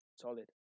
solid